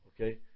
Okay